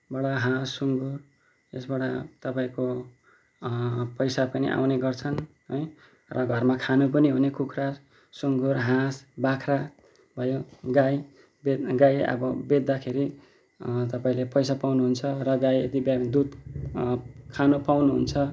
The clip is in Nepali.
बाट हाँस सुँगुर यसबाट तपाईँको पैसा पनि आउने गर्छ है र घरमा खानु पनि हुने कुखुरा सुँगुर हाँस बाख्रा भयो गाई गाई अब बेच्दाखेरि तपाईँले पैसा पाउनुहुन्छ र गाई यदि ब्यायो भने दुध खानु पाउनुहुन्छ